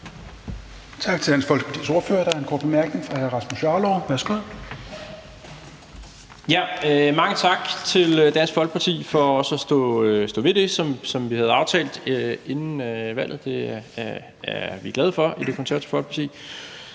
Tak til Dansk Folkepartis ordfører. Der er en kort bemærkning fra hr. Rasmus Jarlov. Værsgo. Kl. 22:25 Rasmus Jarlov (KF): Mange tak til Dansk Folkeparti for også at stå ved det, som vi havde aftalt inden valget. Det er vi glade for i Det Konservative Folkeparti.